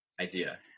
idea